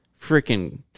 Freaking